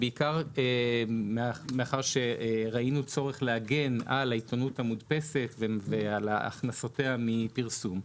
בעיקר מאחר וראינו צורך להגן על העיתונות המודפסת ועל הכנסותיה מפרסום.